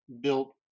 built